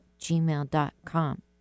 gmail.com